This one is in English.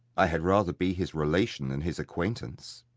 i had rather be his relation than his acquaintance.